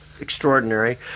extraordinary